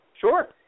Sure